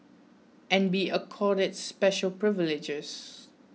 and be accorded special privileges